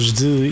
de